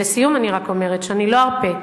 ולסיום, אני רק אומרת שאני לא ארפה.